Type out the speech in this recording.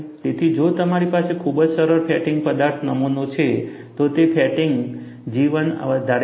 તેથી જો તમારી પાસે ખૂબ જ સરળ ફેટિગ પદાર્થ નમૂનો છે તો તે ફેટિગ જીવન વધારે હશે